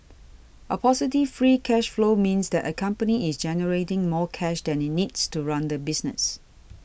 a positive free cash flow means that a company is generating more cash than it needs to run the business